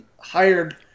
hired